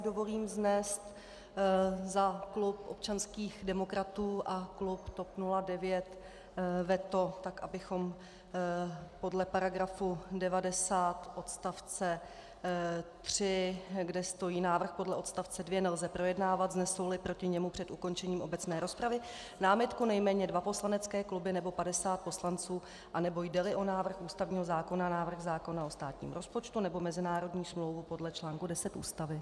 Dovolím si vznést za klub Občanských demokratů a klub TOP 09 veto, tak abychom podle § 90 odst. 3, kde stojí: Návrh podle odst. 2 nelze projednávat, vznesouli proti němu před ukončením obecné rozpravy námitku nejméně dva poslanecké kluby nebo 50 poslanců, anebo jdeli o návrh ústavního zákona, návrh zákona o státním rozpočtu nebo mezinárodní smlouvu podle čl. 10 Ústavy.